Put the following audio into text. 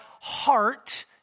heart